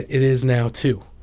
it is now, too.